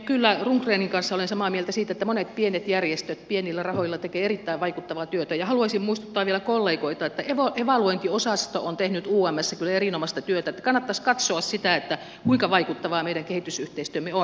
kyllä rundgrenin kanssa olen samaa mieltä siitä että monet pienet järjestöt pienillä rahoilla tekevät erittäin vaikuttavaa työtä ja haluaisin muistuttaa vielä kollegoita että evaluointiosasto on tehnyt umssä kyllä erinomaista työtä niin että kannattaisi katsoa sitä kuinka vaikuttavaa meidän kehitysyhteistyömme on